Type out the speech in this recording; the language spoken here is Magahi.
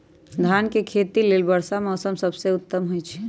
धान के खेती लेल वर्षा मौसम सबसे उत्तम होई छै